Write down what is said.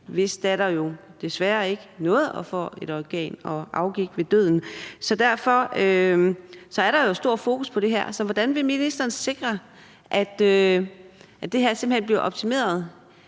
hvis datter desværre ikke nåede at få et organ og afgik ved døden. Derfor er der jo et stort fokus på det her. Så hvordan vil ministeren sikre, at det her bliver optimeret